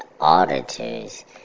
auditors